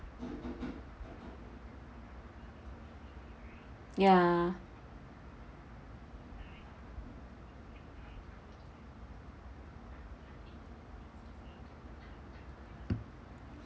ya